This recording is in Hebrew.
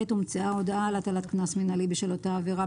הומצאה הודעה על הטלת קנס מינהלי בשל אותה עבירה,